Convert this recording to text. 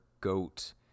goat